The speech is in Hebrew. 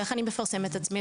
ואיך אני מפרסם את עצמי,